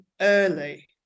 early